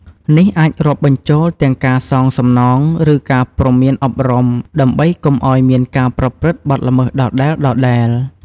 នេះអាចរាប់បញ្ចូលទាំងការសងសំណង ឬការព្រមានអប់រំ ដើម្បីកុំឱ្យមានការប្រព្រឹត្តបទល្មើសដដែលៗ។